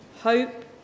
hope